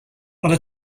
ale